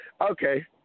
Okay